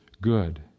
good